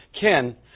Ken